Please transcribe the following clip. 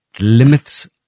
limits